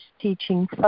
teaching